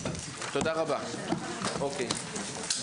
תודה רבה, הישיבה נעולה.